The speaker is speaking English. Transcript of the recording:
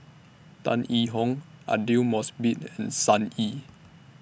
Tan Yee Hong Aidli Mosbit and Sun Yee